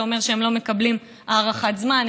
זה אומר שהם לא מקבלים הארכת זמן,